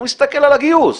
הוא מסתכל על הגיוס,